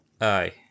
Aye